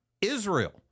Israel